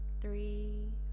three